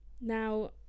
Now